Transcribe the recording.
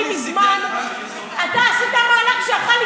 אתה עשית מהלך פופוליסטי.